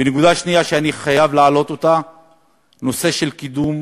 ונקודה שנייה שאני חייב להעלות, הנושא של קידום